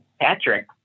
Patrick